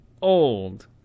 Old